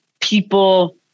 people